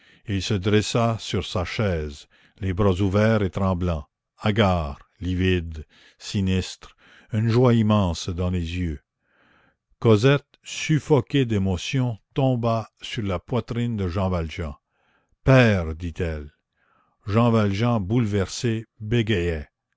et il se dressa sur sa chaise les bras ouverts et tremblants hagard livide sinistre une joie immense dans les yeux cosette suffoquée d'émotion tomba sur la poitrine de jean valjean père dit-elle jean valjean bouleversé bégayait